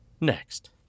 next